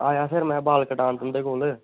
आना फिर में बाल कटान तुंदे कोल